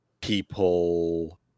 people